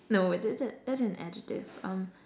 no wait that that that's an adjective um